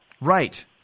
Right